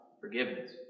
forgiveness